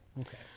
Okay